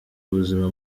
ubuzima